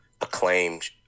acclaimed